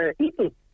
people